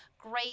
great